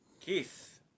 Keith